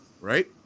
Right